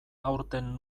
aurten